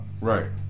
Right